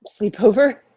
Sleepover